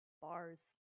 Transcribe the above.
Bars